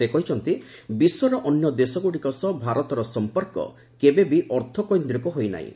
ସେ କହିଛନ୍ତି ବିଶ୍ୱର ଅନ୍ୟ ଦେଶଗୁଡ଼ିକ ସହ ଭାରତର ସଂପର୍କ କେବେ ବି ଅର୍ଥକୈନ୍ଦ୍ରିକ ହୋଇ ନାହିଁ